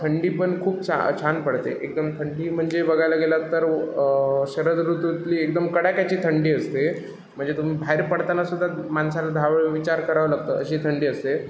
थंडी पण खूप छा छान पडते एकदम थंडी म्हणजे बघायला गेलात तर व शरद ऋतूतली एकदम कडाक्याची थंडी असते म्हणजे तुम बाहेर पडतांनासुद्धा माणसाला दहा वेळा विचार करावा लागतो अशी थंडी असते